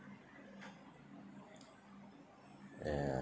ya